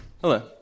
Hello